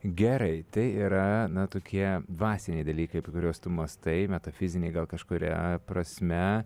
gerai tai yra na tokie dvasiniai dalykai apie kuriuos tu mąstai metafiziniai gal kažkuria prasme